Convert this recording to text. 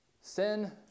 sin